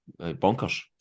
bonkers